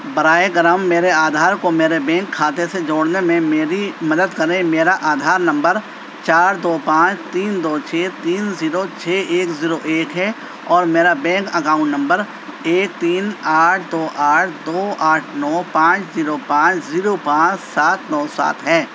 برائے کرم میرے آدھار کو میرے بینک خاتے سے جوڑنے میں میری مدد کریں میرا آدھار نمبر چار دو پانچ تین دو چھ تین زیرو چھ ایک زیرو ایک ہے اور میرا بینک اکاؤنٹ نمبر ایک تین آٹھ دو آٹھ دو آٹھ نو پانچ زیرو پانچ زیرو پانچ سات نو سات ہے